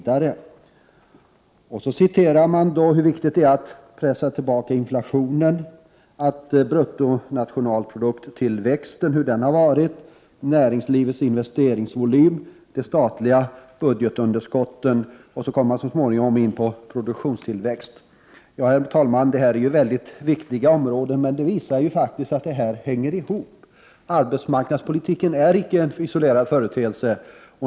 Därefter refereras till hur viktigt det är att pressa tillbaka inflationen, där står om hur stor bruttonationalprodukttillväxten har varit, om näringslivets investeringsvolym, om de statliga budgetunderskotten, och så småningom kommer man in på produktionstillväxten. Herr talman! Detta är mycket viktiga områden, men det visar också att allt detta hänger ihop. Arbetsmarknadspolitiken är icke någon isolerad företeelse.